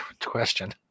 question